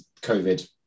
COVID